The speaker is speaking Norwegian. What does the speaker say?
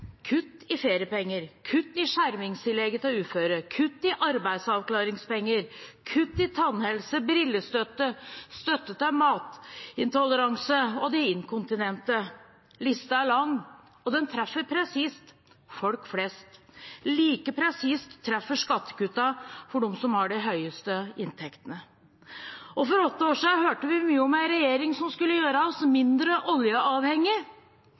kutt i feriepenger, kutt i skjermingstillegget til uføre, kutt i arbeidsavklaringspenger, kutt i tannhelse, brillestøtte, støtte til matintoleranse og de inkontinente. Lista er lang, og den treffer presist: folk flest. Like presist treffer skattekuttene for dem som har de høyeste inntektene. For åtte år siden hørte vi mye om en regjering som skulle gjøre oss mindre